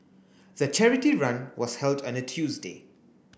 the charity run was held on a Tuesday